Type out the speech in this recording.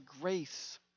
grace